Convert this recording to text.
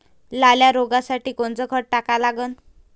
लाल्या रोगासाठी कोनचं खत टाका लागन?